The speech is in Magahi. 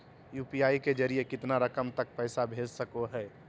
यू.पी.आई के जरिए कितना रकम तक पैसा भेज सको है?